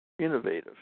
innovative